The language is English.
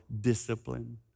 Discipline